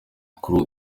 kuri